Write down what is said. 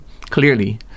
clearly